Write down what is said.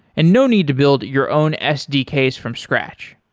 and no need to build your own sdks from scratch.